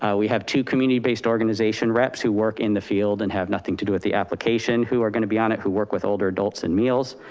ah we have two community-based organization reps who work in the field and have nothing to do with the application who are gonna be on it, who work with older adults and meals.